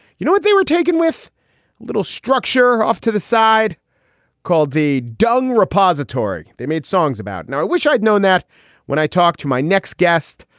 you know what? they were taken with a little structure off to the side called the dung repository. they made songs about now i wish i'd known that when i talked to my next guest,